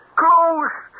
close